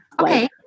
Okay